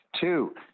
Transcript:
Two